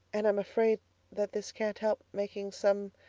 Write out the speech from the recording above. and i'm afraid that this can't help making some